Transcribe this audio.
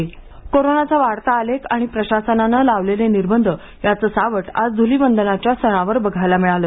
धुलीवंदन कोरोनाचा वाढता आलेख आणि प्रशासनाने लावलेले निर्बध याचं सावट आज ध्लीवंदनाच्या सणावर बघायला मिळालं